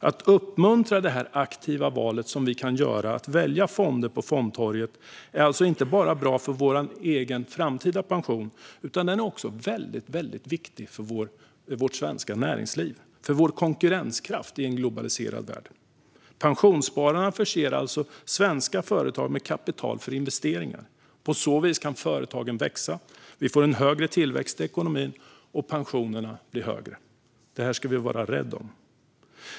Att uppmuntra det aktiva valet att välja fonder på fondtorget är alltså inte bara bra för vår egen framtida pension utan också väldigt viktigt för vårt näringsliv och vår konkurrenskraft i en globaliserad värld. Pensionsspararna förser svenska företag med kapital för investeringar. På så vis kan företagen växa, vi får en högre tillväxt i ekonomin och pensionerna blir högre. Detta ska vi vara rädda om.